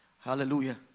Hallelujah